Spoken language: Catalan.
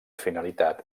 finalitat